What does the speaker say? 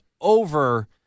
over